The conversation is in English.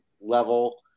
level